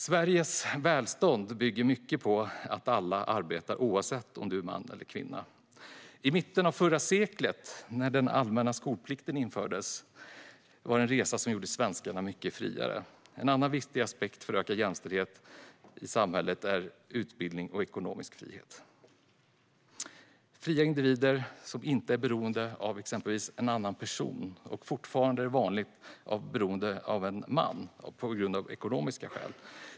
Sveriges välstånd bygger mycket på att alla arbetar oavsett om du är man eller kvinna. I mitten av förrförra seklet, när den allmänna skolplikten infördes, blev svenskarna mycket friare. Andra viktiga aspekter för en ökad jämställdhet i samhället är utbildning och ekonomisk frihet. Det ger fria individer som inte är beroende av exempelvis en annan person, fortfarande vanligen en man, på grund av ekonomiska skäl.